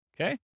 Okay